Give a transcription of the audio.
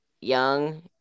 young